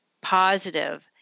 positive